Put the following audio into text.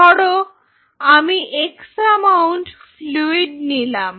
ধরো আমি X amount fluid নিলাম